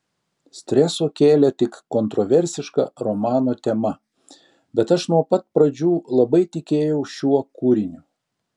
streso kėlė tik kontroversiška romano tema bet aš nuo pat pradžių labai tikėjau šiuo kūriniu